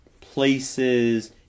Places